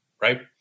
right